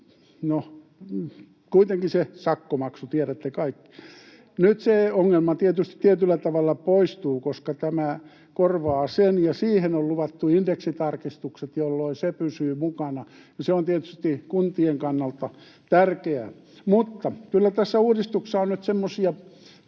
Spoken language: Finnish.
no kuitenkin se sakkomaksu, tiedätte kaikki. Nyt se ongelma tietysti tietyllä tavalla poistuu, koska tämä korvaa sen ja siihen on luvattu indeksitarkistukset, jolloin se pysyy mukana, ja se on tietysti kuntien kannalta tärkeää. Mutta kyllä tässä uudistuksessa on nyt semmoisia